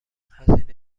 هزینه